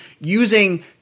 using